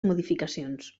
modificacions